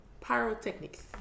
Pyrotechnics